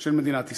של מדינת ישראל.